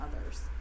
others